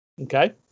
Okay